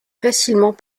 facilement